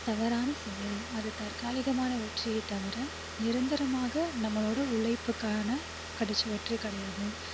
தவறான செயல் அது தற்காலிகமான வெற்றியே தவிர நிரந்தரமாக நம்மளோடய உழைப்புக்கான கிடச்ச வெற்றி கிடையாது